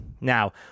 Now